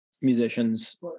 musicians